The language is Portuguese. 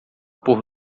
por